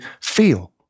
feel